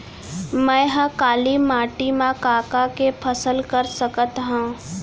मै ह काली माटी मा का का के फसल कर सकत हव?